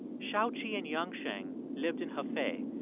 shaoqi and yangcheng lived in hefei,